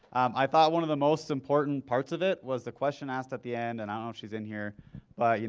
i thought one of the most important parts of it was the question asked at the end and i don't know if she's in here but, you